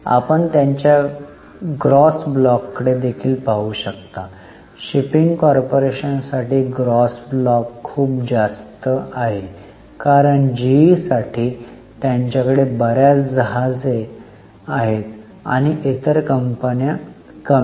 आपण त्यांच्या ग्रॉस ब्लॉककडे देखील पाहू शकता शिपिंग कॉर्पोरेशनसाठी ग्रॉस ब्लॉक खूप जास्त आहे कारण जीईसाठी त्यांच्याकडे बर्याच जहाजे आहेत आणि इतर कंपन्या कमी आहेत